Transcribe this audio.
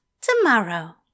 tomorrow